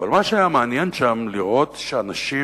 אבל מה שהיה מעניין לראות שם הוא שאנשים